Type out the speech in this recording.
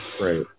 right